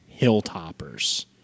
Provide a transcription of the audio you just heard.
Hilltoppers